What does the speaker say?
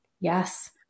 Yes